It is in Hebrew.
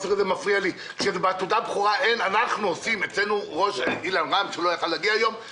נקבעה בחוק אבל השאירה פרצות כך שלא יכולנו להבין מי הוא